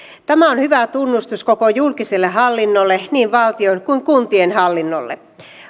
tämä on hyvä tunnustus koko julkiselle hallinnolle niin valtion kuin kuntien hallinnolle